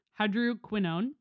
hydroquinone